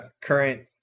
current